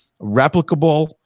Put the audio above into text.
replicable